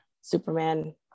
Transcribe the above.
superman